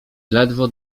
ledwo